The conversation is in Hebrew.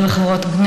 מס'